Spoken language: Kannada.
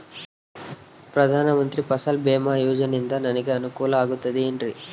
ಪ್ರಧಾನ ಮಂತ್ರಿ ಫಸಲ್ ಭೇಮಾ ಯೋಜನೆಯಿಂದ ನನಗೆ ಅನುಕೂಲ ಆಗುತ್ತದೆ ಎನ್ರಿ?